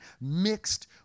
mixed